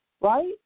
right